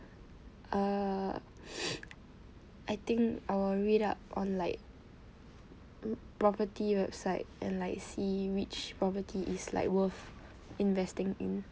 err I think I will read up on like mm property website and like see which property is like worth investing in